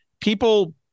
people